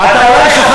אתה רואה,